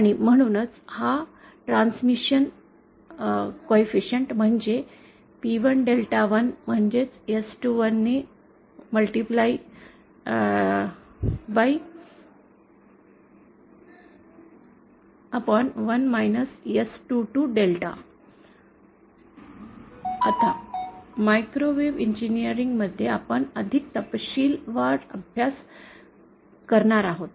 आणि म्हणूनच हा ट्रान्समिशन कॉइफिसिन्ट म्हणजे P1 डेल्टा 1 म्हणजेच S21ने गुणाकार 1 1 S22 डेल्टा आता मायक्रोवेव्ह इंजिनीरिंग मध्ये आपण अधिक तपशीलवार अभ्यास करणार आहोत